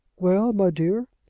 well, my dear?